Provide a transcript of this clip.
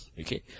Okay